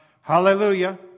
Hallelujah